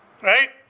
Right